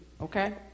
okay